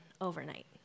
overnight